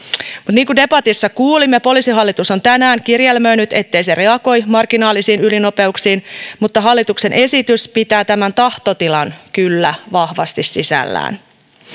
niin kuin debatissa kuulimme poliisihallitus on tänään kirjelmöinyt ettei se reagoi marginaalisiin ylinopeuksiin mutta hallituksen esitys pitää tämän tahtotilan kyllä vahvasti sisällään